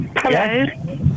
Hello